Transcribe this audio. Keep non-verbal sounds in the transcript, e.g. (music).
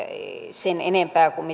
sen enempää kuin (unintelligible)